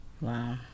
Wow